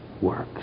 works